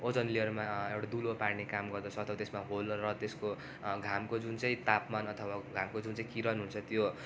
ओजन लेयरमा एउटा दुलो पार्ने काम गर्दछ अथवा त्यसमा होलहरू त्यसको घामको जुन चाहिँ तापमान अथवा घामको जुन चाहिँ किरण हुन्छ त्यो